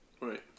Right